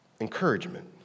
encouragement